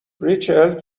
ریچل